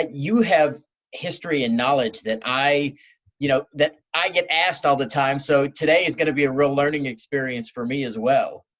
and you have history and knowledge that i you know that i get asked all the time, so today is gonna be a real learning experience for me as well.